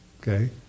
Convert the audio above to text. Okay